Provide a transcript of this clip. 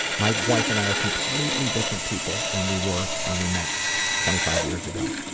my wife and i are completely different people than we were when we met twenty five years ago.